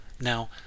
Now